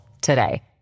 today